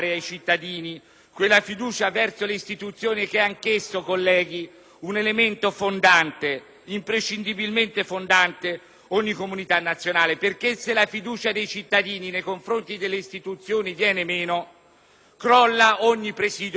un elemento fondante, imprescindibilmente fondante, di ogni comunità nazionale. Se infatti la fiducia dei cittadini nei confronti delle istituzioni viene meno crolla ogni presidio di civile convivenza, e sappiamo bene quanto in certe parti